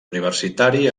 universitari